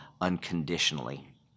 unconditionally